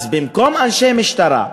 אז במקום אנשי משטרה,